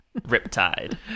Riptide